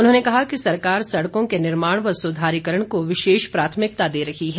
उन्होंने कहा कि सरकार सड़कों के निर्माण व सुधारीकरण को विशेष प्राथमिकता दे रही है